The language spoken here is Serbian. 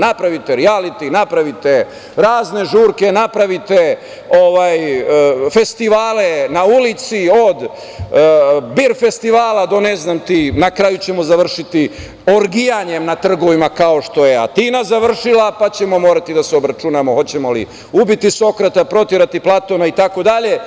Napravite rijaliti, napravite razne žurke, napravite festivale na ulici od „Bir“ festivala, na kraju ćemo završiti orgijanjem na trgovima kao što je Atina završila, pa ćemo morati da se obračunamo hoćemo li ubiti Sokrata, proterati Platona itd.